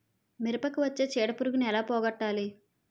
మిరపకు వచ్చే చిడపురుగును ఏల పోగొట్టాలి?